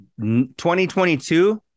2022